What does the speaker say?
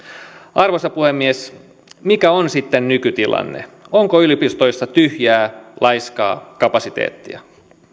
arvoisa puhemies mikä on sitten nykytilanne onko yliopistoissa tyhjää laiskaa kapasiteettia